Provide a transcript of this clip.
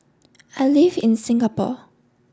I live in Singapore